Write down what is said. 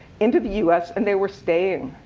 into the us, and they were staying.